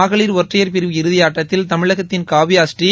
மகளிர் ஒற்றையர் பிரிவு இறுதிபாட்டத்தில் தமிழகத்தின் காவ்யாடுமீ